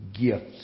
gifts